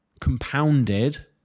compounded